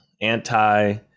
anti